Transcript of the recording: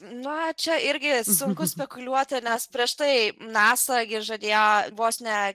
na čia irgi sunku spekuliuoti nes prieš tai nasa irgi žadėjo vos ne